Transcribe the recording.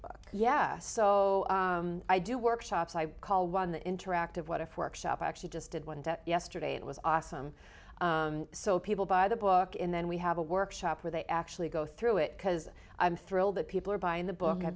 book yeah so i do workshops i call one the interactive what if workshop actually just did one yesterday it was awesome so people buy the book and then we have a workshop where they actually go through it because i'm thrilled that people are buying the book i